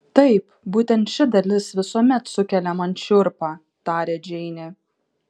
taip būtent ši dalis visuomet sukelia man šiurpą tarė džeinė